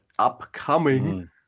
Upcoming